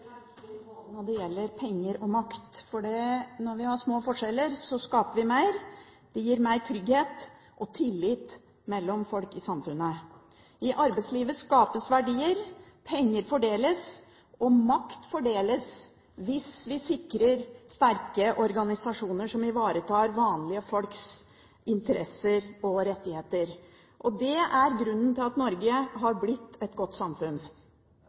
når det gjelder både penger og makt, fordi vi skaper mer når det er små forskjeller. Det gir mer trygghet og tillit mellom folk i samfunnet. I arbeidslivet skapes verdier. Penger fordeles, og makt fordeles hvis vi sikrer sterke organisasjoner som ivaretar vanlige folks interesser og rettigheter. Det er grunnen til at Norge er blitt et godt samfunn.